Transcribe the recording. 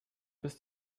bis